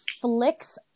flicks